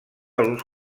alguns